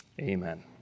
Amen